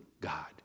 God